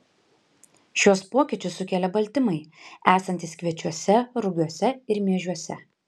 šiuos pokyčius sukelia baltymai esantys kviečiuose rugiuose ir miežiuose